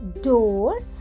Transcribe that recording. door